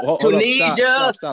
Tunisia